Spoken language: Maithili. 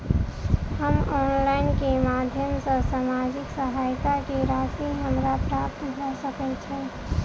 हम ऑनलाइन केँ माध्यम सँ सामाजिक सहायता केँ राशि हमरा प्राप्त भऽ सकै छै?